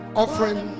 offering